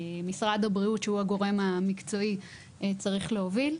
שמשרד הבריאות שהוא הגורם המקצועי צריך להוביל,